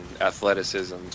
athleticism